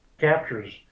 captures